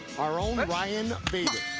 our own ryan bader.